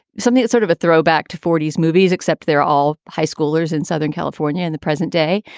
something. it's sort of a throwback to forty s movies, except they're all high schoolers in southern california in the present day.